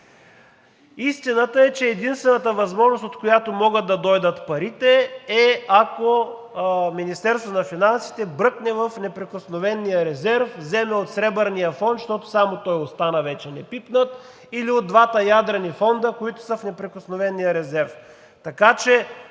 Истината е, че единствената възможност, от която могат да дойдат парите, е, ако Министерството на финансите бръкне в неприкосновения резерв, вземе от Сребърния фонд, защото само той остана вече непипнат, или от двата ядрени фонда, които са в неприкосновения резерв. Така че,